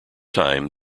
time